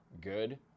good